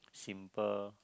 simple